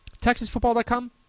TexasFootball.com